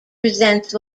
presents